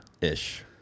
Ish